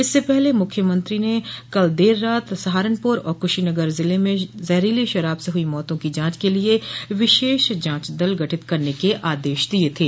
इससे पहले मुख्यमंत्री ने कल देर रात सहारनपुर और कुशीनगर जिले म जहरीली शराब से हुई मौतों की जांच के लिए विशेष जांच दल गठित करने के आदेश दिये थे